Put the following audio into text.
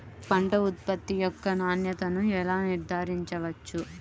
పంట ఉత్పత్తి యొక్క నాణ్యతను ఎలా నిర్ధారించవచ్చు?